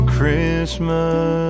Christmas